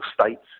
states